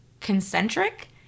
concentric